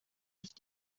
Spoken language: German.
ist